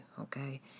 okay